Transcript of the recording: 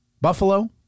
Buffalo